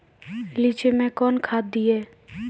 लीची मैं कौन खाद दिए?